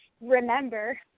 remember